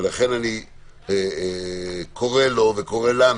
לכן אני קורא לו ולנו,